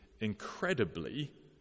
Incredibly